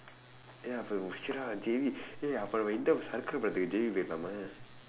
ya